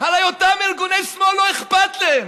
הרי אותם ארגוני שמאל לא אכפת להם.